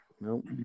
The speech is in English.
Nope